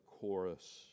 chorus